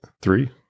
Three